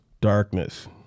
darkness